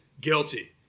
guilty